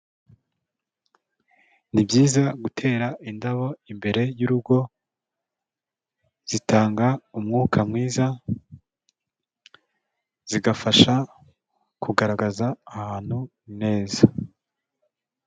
Ni byiza gutera indabo imbere y'urugo, zitanga umwuka mwiza, zigafasha kugaragaza ahantu neza.